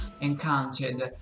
encountered